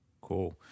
Cool